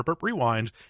rewind